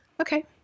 Okay